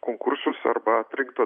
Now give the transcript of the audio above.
konkursus arba atrinktų